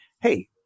Hey